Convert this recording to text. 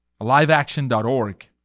liveaction.org